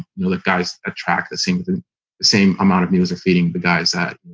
you know the guys attract the same but the same amount of music feeding the guys at